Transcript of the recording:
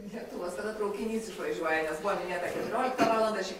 lėktuvas kada traukinys išvažiuoja nes buvo minėta keturioliktą valandą šiek